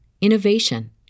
innovation